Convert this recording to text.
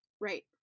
Right